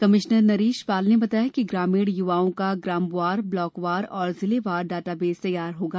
commissioner Naresh Pal ने बताया कि ग्रामीण युवाओं का ग्रामवार ब्लाकवार और जिले वार डाटा बेस तैयार होगा